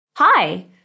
Hi